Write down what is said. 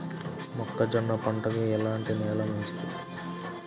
మొక్క జొన్న పంటకు ఎలాంటి నేల మంచిది?